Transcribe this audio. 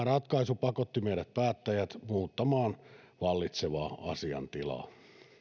ratkaisu pakotti meidät päättäjät muuttamaan vallitsevaa asiantilaa